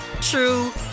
true